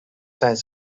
zijn